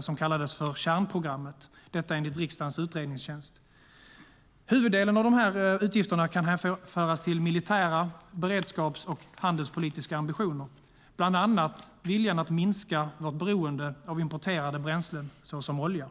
som kallades "kärnprogrammet", detta enligt riksdagens utredningstjänst. Huvuddelen av dessa utgifter kan hänföras till militära, beredskaps och handelspolitiska ambitioner, bland annat viljan att minska vårt beroende av importerade bränslen såsom olja.